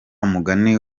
mugani